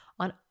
on